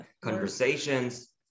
conversations